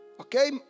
Okay